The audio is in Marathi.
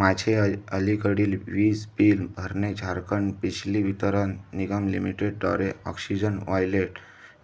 माझे अल अलीकडील वीज बील भरणे झारखंड पिछली वितरण निगम लिमिटेडद्वारे ऑक्सिजन वॉयलेट